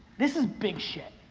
this is big shit.